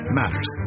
matters